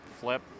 flip